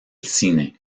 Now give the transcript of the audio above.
cine